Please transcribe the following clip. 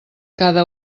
cada